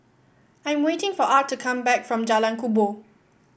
I am waiting for Art to come back from Jalan Kubor